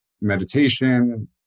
meditation